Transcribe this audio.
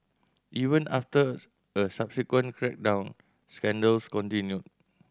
even after a subsequent crackdown scandals continued